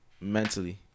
mentally